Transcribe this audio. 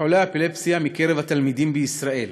לחולי האפילפסיה מקרב התלמידים בישראל,